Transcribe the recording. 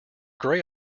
gray